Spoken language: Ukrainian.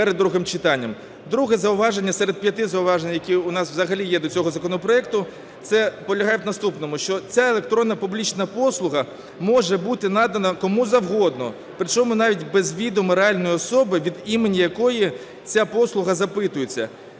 Друге зауваження серед п'яти зауважень, які у нас взагалі є до цього законопроекту, полягає в наступному. Що ця електронна публічна послуга може бути надана кому завгодно, причому навіть без відома реальної особи, від імені якої ця послуга запитується.